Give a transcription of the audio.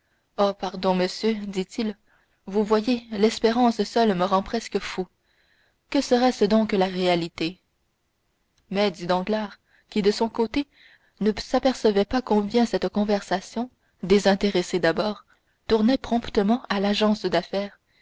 pardon monsieur dit-il vous voyez l'espérance seule me rend presque fou que serait-ce donc de la réalité mais dit danglars qui de son côté ne s'apercevait pas combien cette conversation désintéressée d'abord tournait promptement à l'agence d'affaires